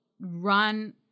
run